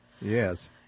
Yes